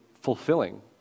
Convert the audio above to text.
fulfilling